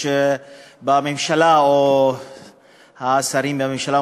יש בממשלה או אצל השרים בממשלה,